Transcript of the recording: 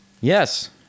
yes